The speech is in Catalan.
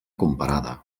comparada